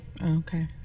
Okay